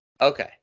Okay